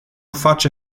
face